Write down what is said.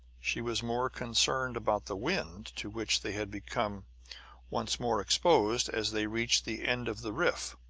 she was more concerned about the wind, to which they had become once more exposed as they reached the end of the rift.